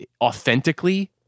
authentically